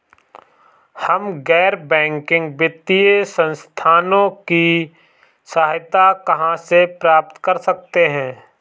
हम गैर बैंकिंग वित्तीय संस्थानों की सहायता कहाँ से प्राप्त कर सकते हैं?